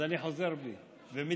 אז אני חוזר בי ומתנצל.